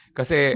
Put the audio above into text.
Kasi